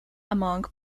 among